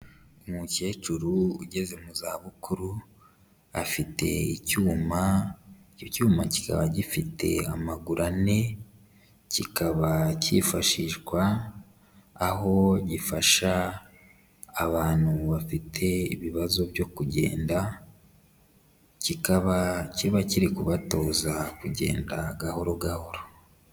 Umukecuru ugeze mu zabukuru, afite icyuma, icyo cyuma kikaba gifite amaguru ane, kikaba cyifashishwa aho gifasha abantu bafite ibibazo byo kugenda, kikaba kiba kiri kubatoza kugenda gahoro gahoro.